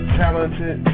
talented